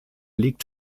liegt